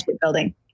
building